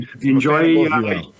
Enjoy